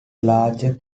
larger